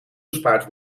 bespaard